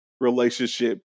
relationship